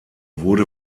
wurde